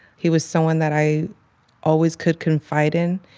he was someone that i always could confide in.